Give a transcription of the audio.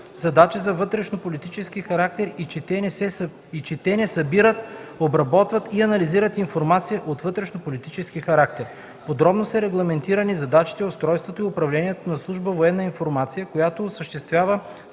задачи от вътрешнополитически характер и че те не събират, обработват и анализират информация от вътрешнополитически характер. Подробно са регламентирани задачите, устройството и управлението на служба „Военна